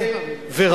מי נגד?